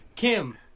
Kim